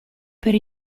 per